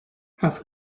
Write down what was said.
have